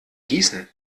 gießen